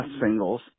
singles